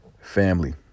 family